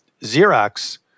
Xerox